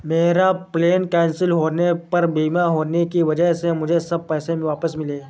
मेरा plane cancel होने पर बीमा होने की वजह से मुझे सब पैसे वापस मिले